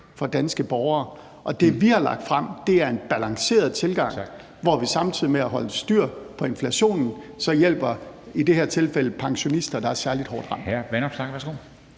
for danske borgere. Det, vi har lagt frem, er en balanceret tilgang, hvor vi samtidig med at holde styr på inflationen hjælper i det her tilfælde pensionister, der er særligt hårdt ramt.